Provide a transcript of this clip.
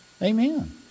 Amen